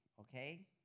okay